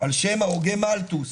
על שם הרוגי מלטוס.